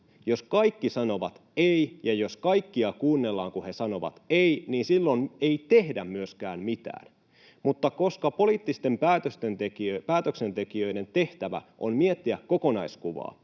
Jos kaikki sanovat ”ei”, ja jos kaikkia kuunnellaan, kun he sanovat ”ei”, niin silloin ei tehdä myöskään mitään. Mutta koska poliittisten päätösten tekijöiden tehtävä on miettiä kokonaiskuvaa,